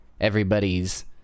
everybody's